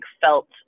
felt